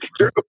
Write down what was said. true